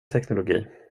teknologi